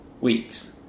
weeks